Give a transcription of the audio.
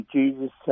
Jesus